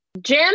Jim